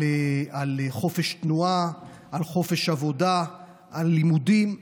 על חופש תנועה, על חופש עבודה, על לימודים.